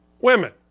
women